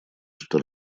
что